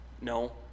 no